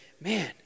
man